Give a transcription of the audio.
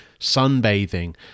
sunbathing